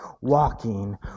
walking